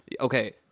Okay